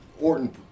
Orton